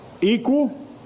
equal